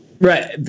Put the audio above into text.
Right